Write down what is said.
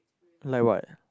like what